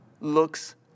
looks